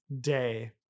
day